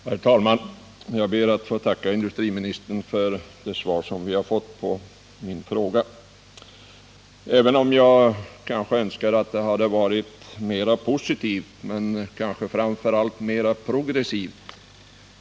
Herr talman! Jag ber att få tacka industriministern för svaret på min fråga, även om jag hade önskat att det varit mera positivt och kanske framför allt mera progressivt.